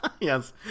Yes